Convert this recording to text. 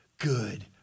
good